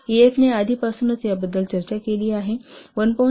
EAF ने आधीपासूनच याबद्दल चर्चा केली आहे 1